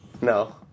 No